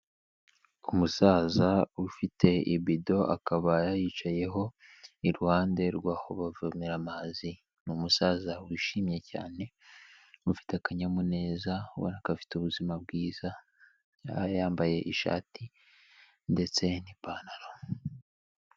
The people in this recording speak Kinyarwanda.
Umusaza ufite ibido, akaba yicayeho iruhande rwaho bavomera amazi, ni umusaza wishimye cyane, ufite akanyamuneza ubona ko afite ubuzima bwiza, yambaye ishati ndetse n'ipantaro.